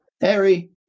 Harry